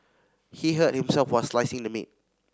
he hurt himself while slicing the meat